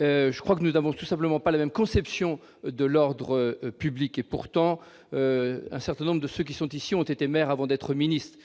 je crois que nous avons tout simplement pas la même conception de l'ordre public et pourtant un certain nombre de ceux qui sont ici ont été maire avant d'être ministre,